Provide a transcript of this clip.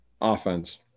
Offense